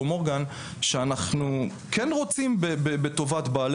ד"ר ליאת מורגן שאנחנו כן רוצים בטובת בעלי